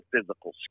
physical